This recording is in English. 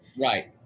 Right